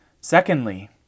Secondly